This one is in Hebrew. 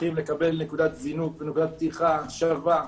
שצריכים לקבל נקודת זינוק ונקודת פתיחה שווה.